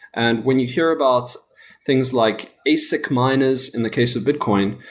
and when you hear about things like asic miners in the case of bitcoin,